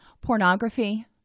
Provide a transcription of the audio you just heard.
Pornography